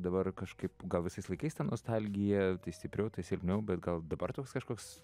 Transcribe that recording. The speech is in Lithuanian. dabar kažkaip gal visais laikais ta nostalgija tai stipriau tai silpniau bet gal dabar toks kažkoks